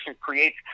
creates